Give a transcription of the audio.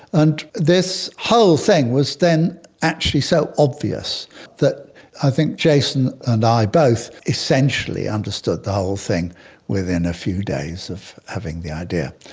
and this whole thing was then actually so obvious that i think jason and i both essentially understood the whole thing within a few days of having the idea.